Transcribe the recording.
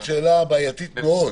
זו שאלה בעייתית מאוד